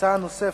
הצעה נוספת: